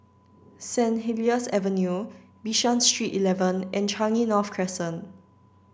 Saint Helier's Avenue Bishan Street eleven and Changi North Crescent